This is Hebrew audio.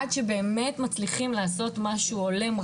עד שבאמת מצליחים לעשות משהו הולם,